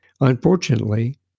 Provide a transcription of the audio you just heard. Unfortunately